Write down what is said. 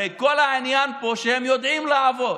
הרי כל העניין פה הוא שהם יודעים לעבוד.